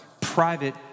private